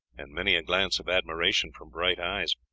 and many a glance of admiration from bright eyes.